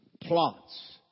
plots